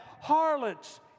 harlots